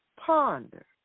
Ponder